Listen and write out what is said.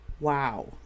Wow